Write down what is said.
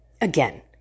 again